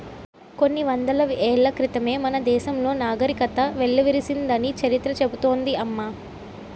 కొన్ని వందల ఏళ్ల క్రితమే మన దేశంలో నాగరికత వెల్లివిరిసిందని చరిత్ర చెబుతోంది అమ్మ